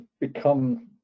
become